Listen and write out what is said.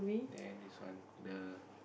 then this one the